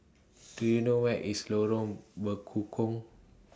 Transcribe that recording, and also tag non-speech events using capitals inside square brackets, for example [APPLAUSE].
[NOISE] Do YOU know Where IS Lorong Bekukong